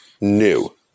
new